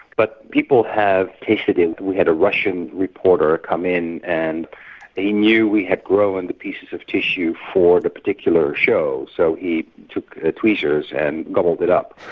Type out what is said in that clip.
but people have tasted it. we had a russian reporter come in and they knew we had grown the pieces of tissue for the particular show, so he took ah tweezers and gobbled it up